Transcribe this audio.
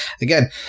Again